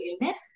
illness